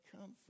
come